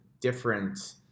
different